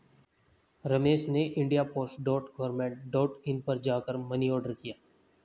रमेश ने India post dot government dot in पर जा कर मनी ऑर्डर किया